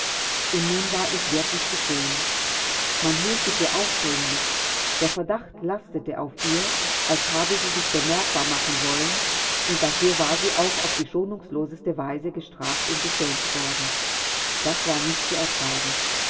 und nun war es wirklich geschehen man hielt sie für aufdringlich der verdacht lastete auf ihr als habe sie sich bemerkbar machen wollen und dafür war sie auf die schonungsloseste weise gestraft und beschämt worden das war nicht zu ertragen